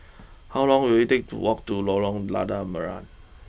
how long will it take to walk to Lorong Lada Merah